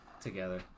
together